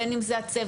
בין אם זה הצוות,